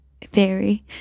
theory